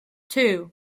two